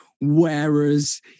whereas